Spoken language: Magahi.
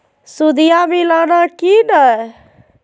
सुदिया मिलाना की नय?